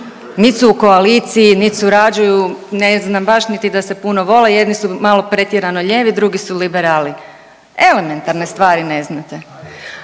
Nit su u koaliciji nit surađuju, ne znam baš niti da se puno vole, jedni su malo pretjerano lijevi, drugi su liberali. Elementarne stvari ne znate.